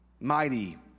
Mighty